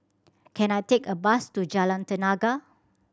can I take a bus to Jalan Tenaga